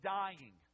dying